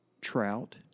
trout